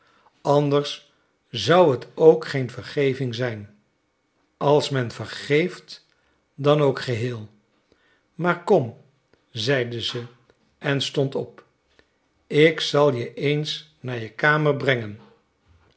anders zou het ook geen vergeving zijn als men vergeeft dan ook geheel maar kom zeide ze en stond op ik zal je eens naar je kamer brengen